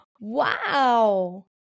Wow